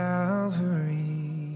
Calvary